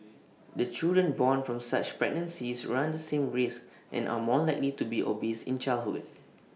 the children born from such pregnancies run the same risk and are more likely to be obese in childhood